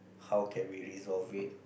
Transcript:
how can we resolve it